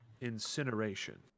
incineration